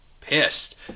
pissed